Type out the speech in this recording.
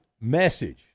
message